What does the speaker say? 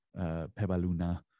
Pebaluna